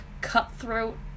cutthroat